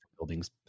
buildings